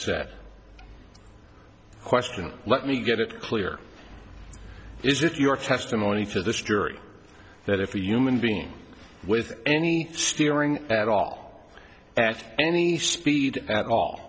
said question let me get it clear is that your testimony to this jury that if we human beings with any steering at all at any speed at all